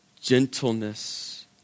gentleness